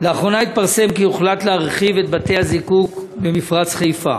לאחרונה התפרסם כי הוחלט להרחיב את בתי-הזיקוק במפרץ-חיפה.